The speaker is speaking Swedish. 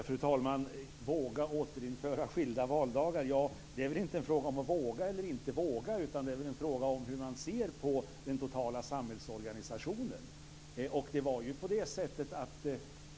Fru talman! Det är inte fråga om att våga eller inte våga återinföra skilda valdagar, utan det är väl fråga om hur man ser på den totala samhällsorganisationen.